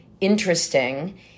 interesting